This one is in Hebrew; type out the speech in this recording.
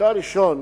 בחלקה הראשון